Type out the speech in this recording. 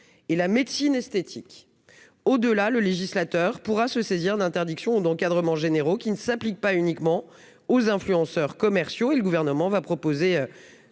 et la médecine esthétique au de le législateur pourra se saisir d'interdiction d'encadrement généraux qui ne s'applique pas uniquement aux influenceurs commerciaux et le gouvernement va proposer.